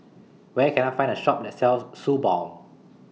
Where Can I Find A Shop that sells Suu Balm